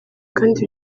kandi